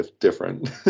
different